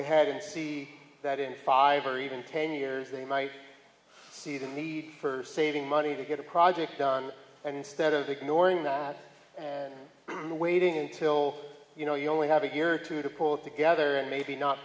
ahead and see that in five or even ten years they might see the need for saving money to get a project done and instead of ignoring that and waiting until you know you only have a year or two to pull together and maybe not